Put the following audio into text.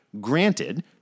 Granted